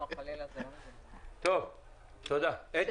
אני